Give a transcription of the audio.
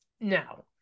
Now